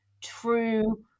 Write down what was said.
true